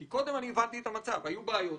כי קודם הבנתי את המצב, הבנתי שהיו בעיות.